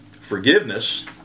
forgiveness